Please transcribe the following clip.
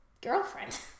girlfriend